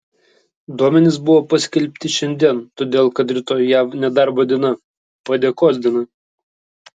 duomenys buvo paskelbti šiandien todėl kad rytoj jav nedarbo diena padėkos diena